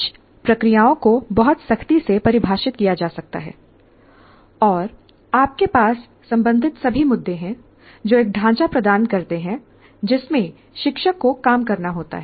कुछ प्रक्रियाओं को बहुत सख्ती से परिभाषित किया जा सकता है और आपके पास संबंधित सभी मुद्दे हैं जो एक ढांचा प्रदान करते हैं जिसमें शिक्षक को काम करना होता है